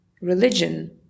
religion